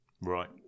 Right